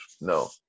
no